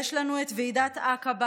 יש לנו את ועידת עקבה,